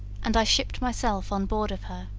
and i shipped myself on board of her.